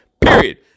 period